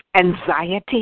anxiety